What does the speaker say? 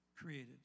created